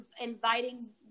inviting